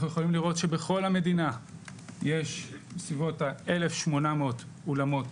אנחנו יכולים לראות שבכל המדינה יש 1,800 אולמות